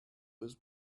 was